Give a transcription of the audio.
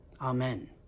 Amen